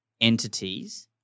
entities